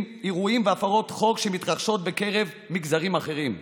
והפרות חוק שמתרחשות בקרב מגזרים אחרים.